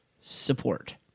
support